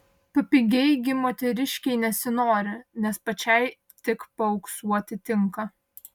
papigiai gi moteriškei nesinori nes pačiai tik paauksuoti tinka